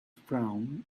frown